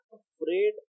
afraid